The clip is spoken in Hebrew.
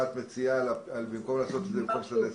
מה את מציעה במקום פרופסור סדצקי?